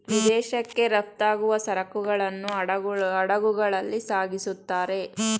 ವಿದೇಶಕ್ಕೆ ರಫ್ತಾಗುವ ಸರಕುಗಳನ್ನು ಹಡಗುಗಳಲ್ಲಿ ಸಾಗಿಸುತ್ತಾರೆ